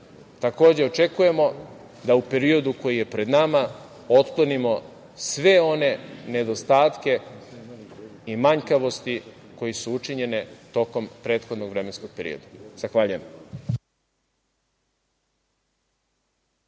Takođe očekujemo da u periodu koji je pred nama otklonimo sve one nedostatke i manjkavosti koje su učinjene tokom prethodnog vremenskog perioda. Zahvaljujem.